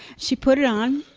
she put it on,